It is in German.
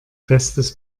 festes